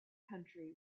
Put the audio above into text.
country